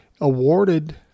awarded